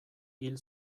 hil